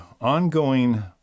ongoing